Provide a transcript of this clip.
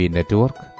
Network